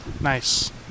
Nice